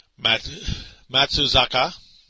Matsuzaka